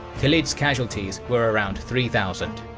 khalid's casualties were around three thousand.